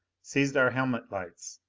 seized our helmet lights.